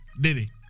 Diddy